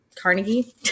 Carnegie